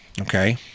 Okay